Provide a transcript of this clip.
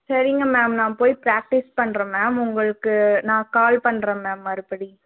சரிங்க மேம் நான் போய் ப்ராக்டிஸ் பண்ணுறேன் மேம் உங்களுக்கு நான் கால் பண்ணுறேன் மேம் மறுபடி